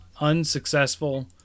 unsuccessful